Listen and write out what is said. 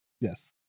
yes